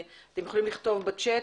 אתם יכולים לכתוב בצ'ט,